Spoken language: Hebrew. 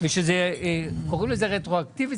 קוראים לזה רטרואקטיבי.